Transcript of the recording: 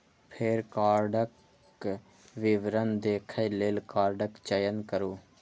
फेर कार्डक विवरण देखै लेल कार्डक चयन करू